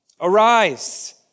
arise